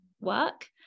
work